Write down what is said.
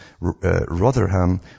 Rotherham